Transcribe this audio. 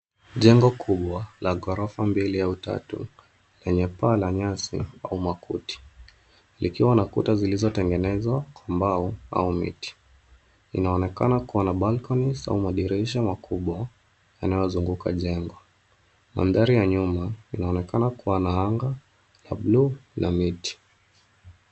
Jengo kubwa la ghorofa mbili au tatu yenye paa la nyasi au makuti likiwa na kuta zilizotengenezwa kwa mbao au miti. Inaonekana kuwa na balconies au madirisha makubwa yanayozunguka jengo. Mandhari ya nyuma yanaonekana kuwa na anga ya buluu na miti.